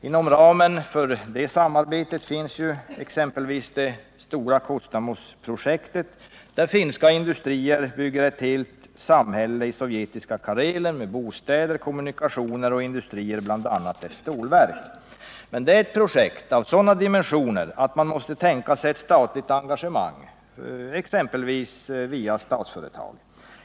Inom ramen för det samarbetet finns exempelvis det stora Kustamusprojektet, där finska industrier bygger ett helt samhälle i sovjetiska Karelen med bostäder, kommunikationer och industrier, bl.a. ett stålverk. Men sådana projekt har så stora dimensioner att man måste tänka sig ett statligt engagemang, exempelvis via Statsföretag.